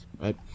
right